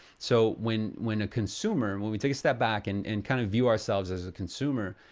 so when when a consumer, when we take a step back and and kind of view ourselves as a consumer,